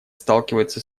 сталкивается